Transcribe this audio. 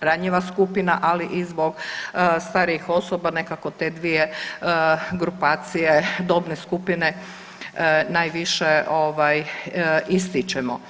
ranjiva skupina, ali i zbog starijih osoba, nekako te dvije grupacije, dobne skupine najviše ističemo.